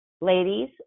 Ladies